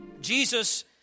Jesus